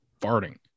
farting